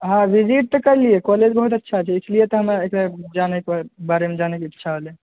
हऽ भिजिट तऽ कलियै कॉलेज बहुत अच्छा छै इसलिए तऽ हमरा एकरा बारेमे जानैके इच्छा भेलै